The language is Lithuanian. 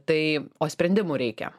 tai o sprendimų reikia